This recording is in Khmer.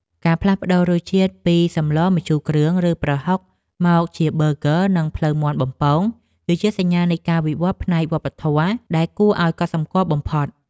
ការផ្លាស់ប្តូររសជាតិពីសម្លម្ជូរគ្រឿង ឬប្រហុកមកជាប៊ឺហ្គ័រ និងភ្លៅមាន់បំពង គឺជាសញ្ញានៃការវិវត្តផ្នែកវប្បធម៌ដែលគួរឲ្យកត់សម្គាល់បំផុត។